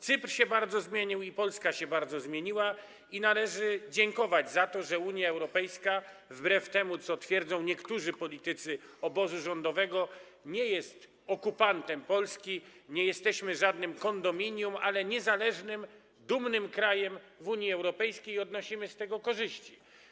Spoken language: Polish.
Cypr bardzo się zmienił i Polska bardzo się zmieniła, i należy dziękować za to, że Unia Europejska - wbrew temu, co twierdzą niektórzy politycy obozu rządowego - nie jest okupantem Polski, nie jesteśmy żadnym kondominium, tylko niezależnym, dumnym krajem w Unii Europejskiej i odnosimy z tego korzyści.